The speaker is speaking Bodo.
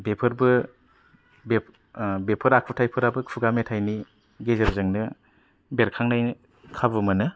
बेफोरबो बेफोर आखुथायाबो खुगा मेथाइनि गेजेरजोंनो बेरखांनो खाबु मोनो